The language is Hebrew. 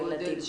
מה סדר הגודל?